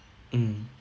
mm